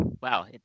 wow